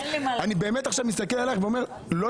אני באמת עכשיו מסתכל עליך ואומר שלא